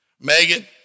Megan